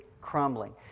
crumbling